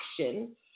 action